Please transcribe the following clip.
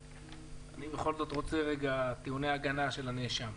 אני בכל זאת רוצה רגע טיעוני הגנה של הנאשם.